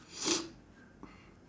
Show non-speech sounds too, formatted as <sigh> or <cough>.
<breath>